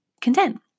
content